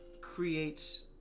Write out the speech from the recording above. creates